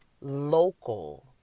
local